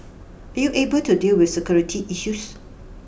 are you able to deal with security issues